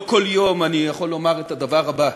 לא כל יום אני יכול לומר את הדבר הבא,